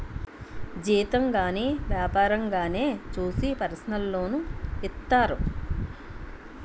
జీతం గాని వ్యాపారంగానే చూసి పర్సనల్ లోన్ ఇత్తారు